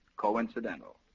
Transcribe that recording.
Coincidental